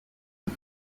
ndi